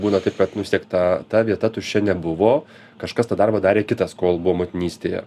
būna taip kad nu vis tiek ta ta vieta tuščia nebuvo kažkas tą darbą darė kitas kol buvo motinystėje